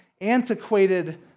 antiquated